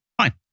fine